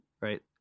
right